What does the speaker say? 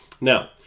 Now